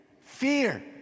Fear